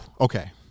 Okay